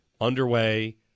underway